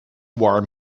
warm